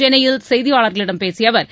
சென்னையில் செய்தியாளர்களிடம் பேசிய அவர்